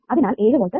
അതിനാൽ 7 വോൾട്ട്